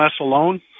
alone